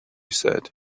said